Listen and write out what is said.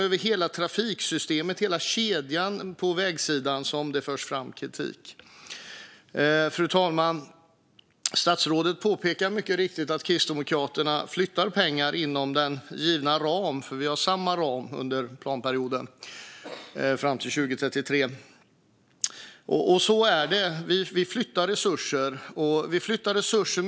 Över hela trafiksystemet - över hela kedjan på vägsidan - förs det fram kritik. Fru talman! Statsrådet påpekade mycket riktigt att Kristdemokraterna flyttar pengar inom den givna ramen - vi har samma ram under planperioden, fram till 2033. Så är det; Kristdemokraterna flyttar resurser.